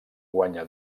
guanya